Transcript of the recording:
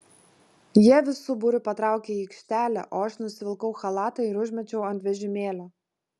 jie visu būriu patraukė į aikštelę o aš nusivilkau chalatą ir užmečiau ant vežimėlio